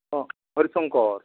ଅ ହରିଶଙ୍କର